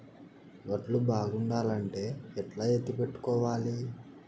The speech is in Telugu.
వడ్లు బాగుండాలంటే ఎట్లా ఎత్తిపెట్టుకోవాలి?